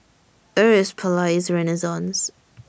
Where IS Palais Renaissance